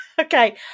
Okay